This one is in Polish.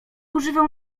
używał